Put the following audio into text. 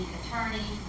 attorney